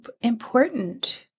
important